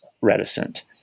reticent